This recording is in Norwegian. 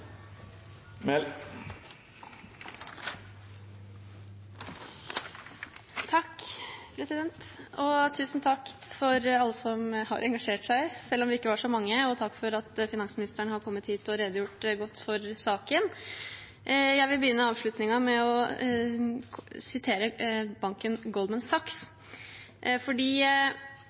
Tusen takk til alle som har engasjert seg, selv om vi ikke var så mange, og takk for at finansministeren har kommet hit og redegjort godt for saken. Jeg vil begynne avslutningen med å sitere banken Goldman Sachs, fordi